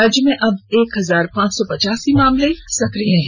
राज्य में अब एक हजार पांच सौ पचासी मामले सक्रिय हैं